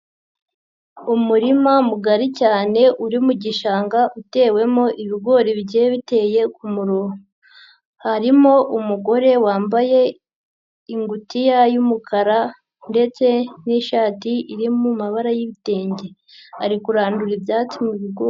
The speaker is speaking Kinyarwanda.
Umurima mugari cyane uri mu gishanga utewemo ibigori bigiye biteye ku murongo, harimo umugore wambaye ingutiya y'umukara ndetse n'ishati iri mu mabara y'ibitenge, ari kurandura ibyatsi mu bigori.